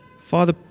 Father